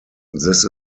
this